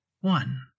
one